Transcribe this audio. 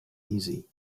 uneasy